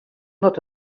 not